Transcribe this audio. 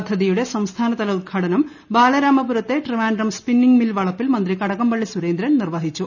പദ്ധതിയുടെ സംസ്ഥാനതല ഉദ്ഘാടനം ബാലരാമപുരത്തെ ട്രിവാൻഡ്രം സ്പിന്നിങ്ങ് മിൽ വളപ്പിൽ മന്ത്രി കടകംപള്ളി സുരേന്ദ്രൻ നിർവഹിച്ചു